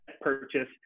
purchase